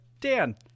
Dan